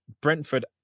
Brentford